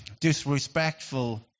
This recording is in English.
disrespectful